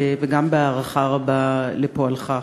וגם בהערכה רבה לפועלך,